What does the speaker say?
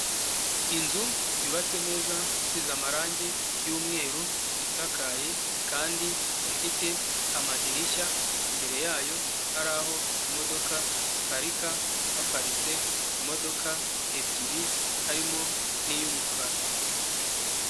Inzu yubatse neza isize amarangi y'umweru, isakaye kandi ifite amadirishya, imbere yayo hari aho imodoka ziparika, haparitse imodoka ebyiri harimo n'iy'umukara.